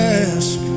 ask